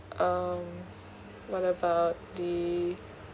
um what about the